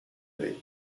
mate